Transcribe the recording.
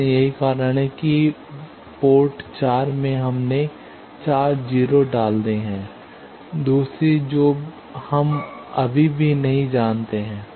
इसलिए यही कारण है कि 4 पोर्ट में हमने 4 0 डाल दी है दूसरी जो हम अभी भी नहीं जानते हैं